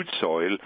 soil